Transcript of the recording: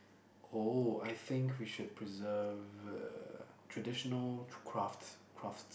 oh I think we should preserve uh traditional crafts crafts